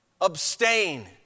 Abstain